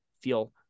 feel